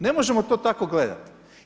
Ne možemo to tako gledati.